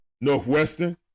Northwestern